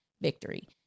victory